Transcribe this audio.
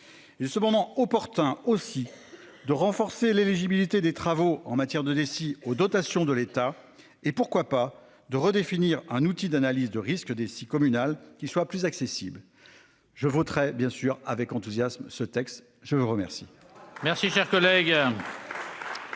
Juste le moment opportun aussi de renforcer l'éligibilité des travaux en matière de ici aux dotations de l'État et pourquoi pas de redéfinir un outil d'analyse de risques des 6 communal qui soit plus accessible. Je voterai bien sûr avec enthousiasme ce texte. Je vous remercie.